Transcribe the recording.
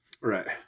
Right